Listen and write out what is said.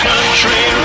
Country